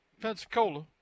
Pensacola